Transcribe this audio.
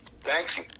Thanks